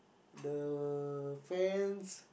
the fans